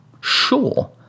sure